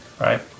Right